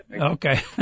Okay